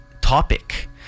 topic